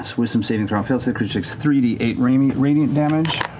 wisdom saving throw, failed save creature takes three d eight radiant radiant damage.